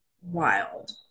Wild